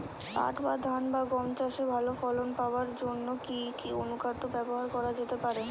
পাট বা ধান বা গম চাষে ভালো ফলন পাবার জন কি অনুখাদ্য ব্যবহার করা যেতে পারে?